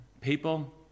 People